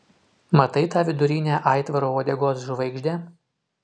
matai tą vidurinę aitvaro uodegos žvaigždę